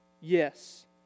Yes